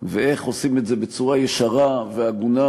ואיך עושים את זה בצורה ישרה והגונה,